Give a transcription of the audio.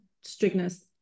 strictness